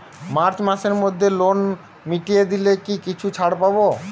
March মাসের মধ্যে loan মিটিয়ে দিলে কি কিছু ছাড় পাব?